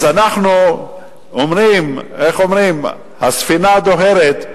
אז איך אומרים, הספינה דוהרת,